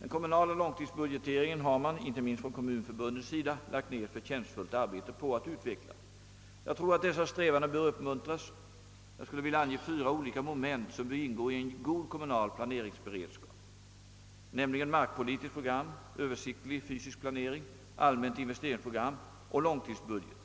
Den kommunala långtidsbudgeteringen har man, inte minst från kommunförbundens sida, lagt ned ett förtjänstfullt arbete på att utveckla. Jag tror att dessa strävanden bör uppmuntras. Jag skulle vilja ange fyra olika moment som bör ingå i en god kommunal planeringsberedskap, nämligen markpolitiskt program, översiktlig fysisk planering, allmänt investeringsprogram och långtidsbudget.